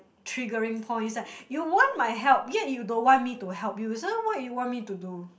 triggering points like you want my help yet you don't want me to help you so what you want me to do